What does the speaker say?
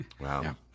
Wow